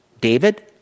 David